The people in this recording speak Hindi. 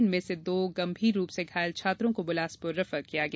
इनमें से दो गंभीर रूप से घायल छात्रों को बिलासपुर रेफर किया गया